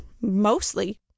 mostly